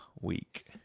week